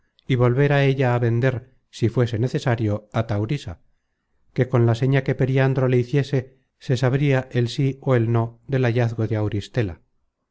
y volver á ella á vender si fuese necesario á taurisa que con la seña que periandro le hiciese se sabria el sí ó el no del hallazgo de auristela